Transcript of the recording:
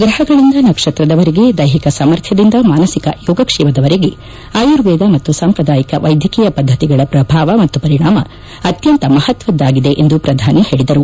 ಗ್ರಹಗಳಿಂದ ನಕ್ಷತ್ರದ ವರೆಗೆ ದೈಹಿಕ ಸಾಮರ್ಥ್ಯದಿಂದ ಮಾನಸಿಕ ಯೋಗಕ್ಷೇಮದ ವರೆಗೆ ಆಯುರ್ವೇದ ಮತ್ತು ಸಾಂಪ್ರದಾಯಿಕ ವೈದ್ಯಕೀಯ ಪದ್ದತಿಗಳ ಪ್ರಭಾವ ಮತ್ತು ಪರಿಣಾಮ ಅತ್ಯಂತ ಮಹತ್ವದ್ದಾಗಿದೆ ಎಂದು ಪ್ರಧಾನಿ ಹೇಳಿದರು